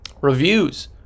Reviews